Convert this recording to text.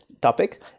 topic